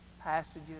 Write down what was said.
passages